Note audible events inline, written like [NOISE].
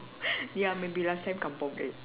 [LAUGHS] ya maybe last time kampung egg